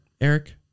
Eric